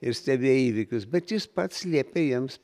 ir stebėję įvykius bet jis pats liepė jiems